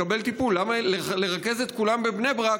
למה לרכז את כולם בבני ברק,